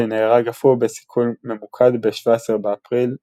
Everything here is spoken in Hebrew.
שנהרג אף הוא בסיכול ממוקד ב-17 באפריל 2004.